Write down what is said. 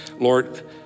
Lord